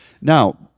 now